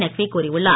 நக்வி கூறியுள்ளார்